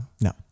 no